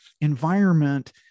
environment